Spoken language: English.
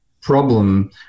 problem